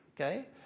Okay